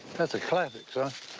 that's a classic, son.